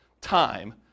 Time